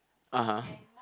(uh huh)